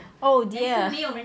oh dear